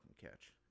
catch